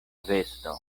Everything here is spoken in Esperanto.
vesto